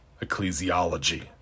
ecclesiology